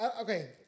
Okay